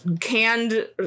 canned